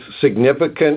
significant